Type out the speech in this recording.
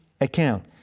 account